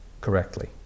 correctly